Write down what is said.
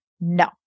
No